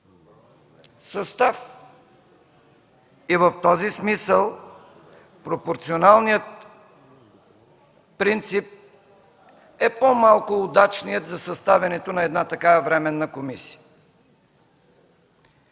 състав. В този смисъл пропорционалният принцип е по-малко удачният за съставянето на една такава временна комисия.